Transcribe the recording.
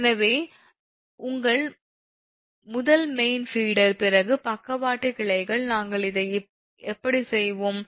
எனவே உங்கள் முதல் மெயின் ஃபீடர் பிறகு பக்கவாட்டு கிளைகள் நாங்கள் இதை எப்படி செய்வோம்